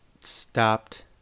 stopped